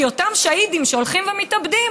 כי אותם שהידים שהולכים ומתאבדים,